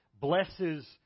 blesses